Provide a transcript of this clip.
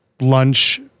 lunch